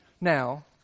Now